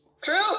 true